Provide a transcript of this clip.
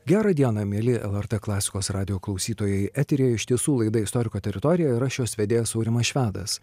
gerą dieną mieli lrt klasikos radijo klausytojai eteryje iš tiesų laida istoriko teritorija ir aš jos vedėjas aurimas švedas